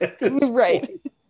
right